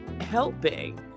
helping